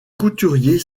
couturiers